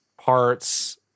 parts